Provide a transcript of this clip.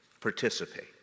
participate